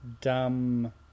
Dumb